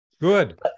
Good